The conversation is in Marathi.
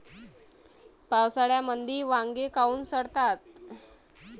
पावसाळ्यामंदी वांगे काऊन सडतात?